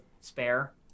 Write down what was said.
spare